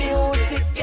Music